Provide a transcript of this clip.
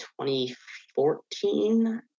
2014